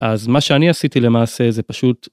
אז מה שאני עשיתי למעשה זה פשוט.